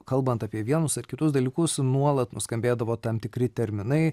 kalbant apie vienus ar kitus dalykus nuolat nuskambėdavo tam tikri terminai